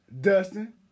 Dustin